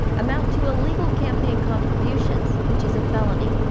amount to a legal campaign contribution, which is a felony.